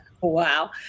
Wow